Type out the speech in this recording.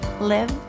live